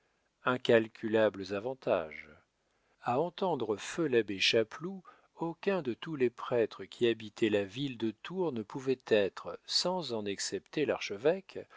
incalculables avantages a entendre feu l'abbé chapeloud aucun de tous les prêtres qui habitaient la ville de tours ne pouvait être sans en excepter l'archevêque